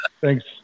thanks